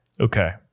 Okay